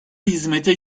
hizmete